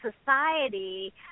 society